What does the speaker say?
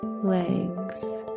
legs